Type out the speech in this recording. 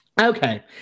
Okay